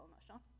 emotional